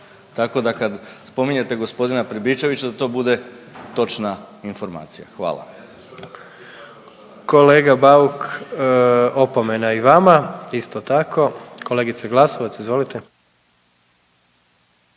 tako da kad spominjete g. Pribičevića da to bude točna informacija, hvala. **Jandroković, Gordan (HDZ)** Kolega Bauk, opomena i vama isto tako. Kolegice Glasovac, izvolite.